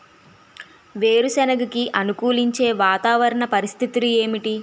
వేరుసెనగ కి అనుకూలించే వాతావరణ పరిస్థితులు ఏమిటి?